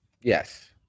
Yes